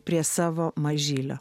prie savo mažylio